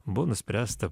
buvo nuspręsta